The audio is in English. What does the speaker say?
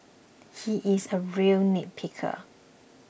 he is a real nitpicker